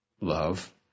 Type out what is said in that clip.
love